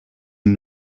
and